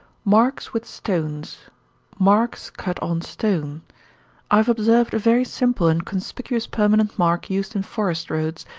marks with stones marks cut on stone i have observed a very simple and conspicuous permanent mark used in forest-roads,